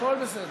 כמה זמן